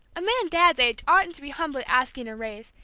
a man dad's age oughtn't to be humbly asking a raise,